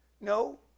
No